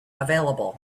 available